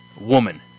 woman